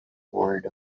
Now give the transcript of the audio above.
word